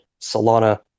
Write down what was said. Solana